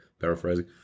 paraphrasing